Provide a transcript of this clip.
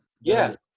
Yes